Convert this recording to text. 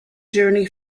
journey